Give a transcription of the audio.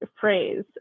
phrase